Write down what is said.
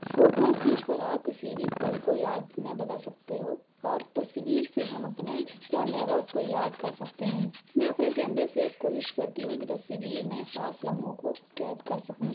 photos کھینچ کر آپ کسی بھی پل کو یاد میں بدل سکتے ہو اور تصویر سے ہم اپنے پرانے وقت کو یاد کر سکتے ہیں میں اپنے کیمرے سے کوشش کرتی ہوں کہ تصویر میں خاص لمحوں کو قید کر سکوں